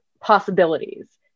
possibilities